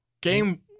Game